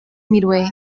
midway